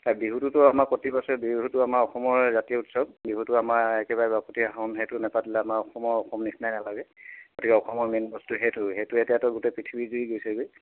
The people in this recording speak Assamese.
বিহুটোতো আমাৰ প্ৰতিবছৰে বিহুটো আমাৰ অসমৰ জাতীয় উৎসৱ বিহুটো আমাৰ একেবাৰে বাপতি সাহোন সেইটো নেপাতিলে আমাৰ অসমৰ অসম নিচিনাই নালাগে গতিকে অসমৰ মেইন বস্তু সেইটো সেইটো এতিয়াতো গোটেই পৃথিৱী জুৰি গৈছেগৈ